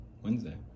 Wednesday